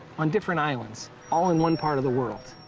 on different islands, all in one part of the world?